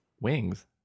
Wings